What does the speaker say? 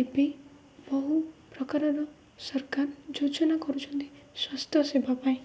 ଏବେ ବହୁ ପ୍ରକାରର ସରକାର ଯୋଜନା କରୁଛନ୍ତି ସ୍ୱାସ୍ଥ୍ୟ ସେବା ପାଇଁ